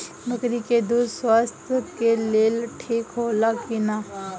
बकरी के दूध स्वास्थ्य के लेल ठीक होला कि ना?